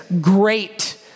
great